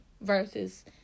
versus